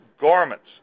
garments